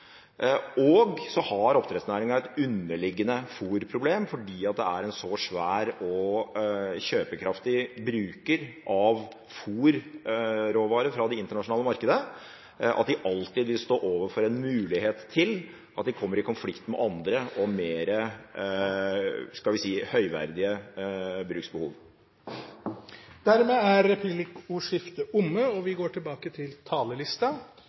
lus. Så har oppdrettsnæringen et underliggende fôrproblem fordi den er en så svær og kjøpekraftig bruker av fôrråvarer fra det internasjonale markedet at den alltid vil stå overfor en mulighet til å komme i konflikt med andre og mer – skal vi si – høyverdige bruksbehov. Replikkordskiftet er omme.